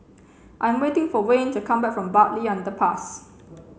I'm waiting for Wayne to come back from Bartley Underpass